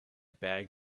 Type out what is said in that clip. bag